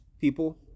people